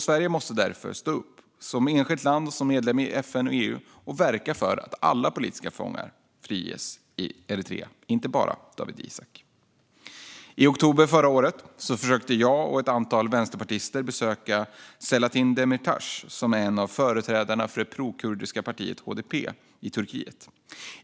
Sverige måste därför stå upp, som enskilt land och som medlem i FN och EU, och verka för att alla politiska fångar i Eritrea friges, inte bara Dawit Isaak. I oktober förra året försökte jag och ett antal vänsterpartister besöka Selahattin Demirtas, som är en av företrädarna för det prokurdiska partiet HDP i Turkiet.